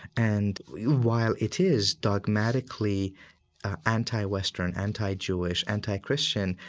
and while it is dogmatically anti-western, anti-jewish, anti-christian,